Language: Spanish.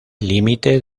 límite